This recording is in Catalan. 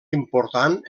important